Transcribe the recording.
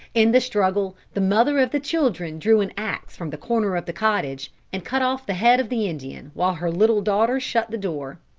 in the struggle, the mother of the children drew an axe from the corner of the cottage and cut off the head of the indian, while her little daughter shut the door.